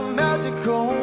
magical